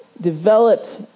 developed